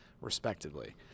respectively